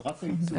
זה רק הייצוא ---?